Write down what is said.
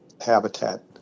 habitat